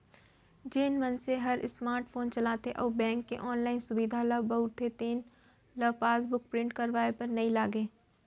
जेन मनसे हर स्मार्ट फोन चलाथे अउ बेंक के ऑनलाइन सुभीता ल बउरथे तेन ल पासबुक प्रिंट करवाए बर नइ लागय